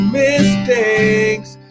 mistakes